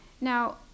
Now